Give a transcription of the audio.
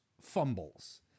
fumbles